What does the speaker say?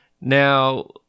Now